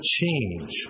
change